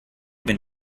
been